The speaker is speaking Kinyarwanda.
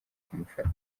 kumufata